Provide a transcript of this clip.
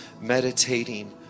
meditating